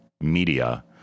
media